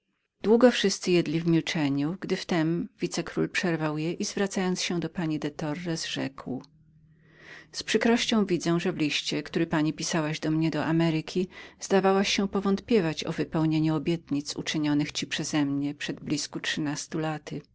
długo wszyscy jedli w milczeniu gdy w tem wicekról przerwał je i zwracając się do pani de torres rzekł z przykrością widzę że w jednym liście który pani pisałaś do mnie do ameryki zdawałaś się powątpiewać o wypełnieniu obietnic uczynionych ci przezemnie przed trzynastą laty